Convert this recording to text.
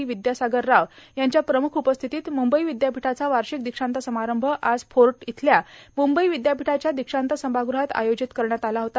र्यावद्यासागर राव यांच्या प्रमुख उपस्थितीत मुंबई र्विद्यापीठाचा वर्वाषक दक्षान्त समारंभ आज फोट इथल्या मुंबई विद्यापीठाच्या दक्षांत सभागृहात आयोजित करण्यात आला होता